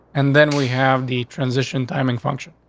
and then we have the transition timing function.